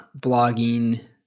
blogging